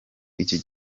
iki